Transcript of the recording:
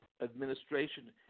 administration